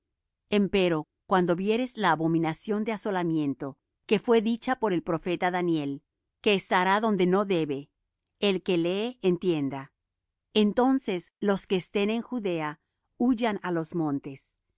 salvo empero cuando viereis la abominación de asolamiento que fué dicha por el profeta daniel que estará donde no debe el que lee entienda entonces los que estén en judea huyan á los montes